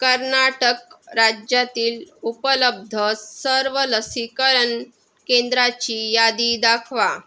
कर्नाटक राज्यातील उपलब्ध सर्व लसीकरण केंद्राची यादी दाखवा